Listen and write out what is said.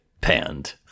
panned